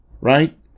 Right